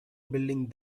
building